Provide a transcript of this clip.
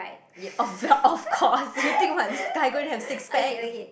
ya oh well of course you think what this guy going to have six packs